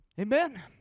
Amen